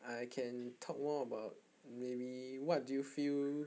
I can talk more about maybe what do you feel